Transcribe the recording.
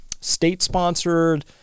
state-sponsored